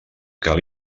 cal